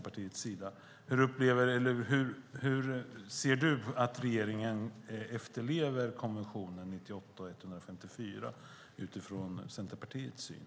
Anser du att regeringen efterlever konventionerna 98 och 154 utifrån Centerpartiets syn?